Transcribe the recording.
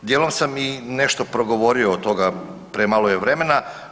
Dijelom sam i nešto progovorio o toga, premalo je vremena.